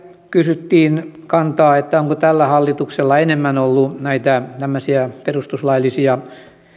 kysyttiin kantaa että onko tällä hallituksella enemmän ollut näitä tämmöisiä perustuslaillisia